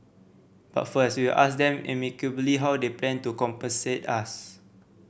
but first we will ask them amicably how they plan to compensate us